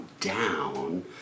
down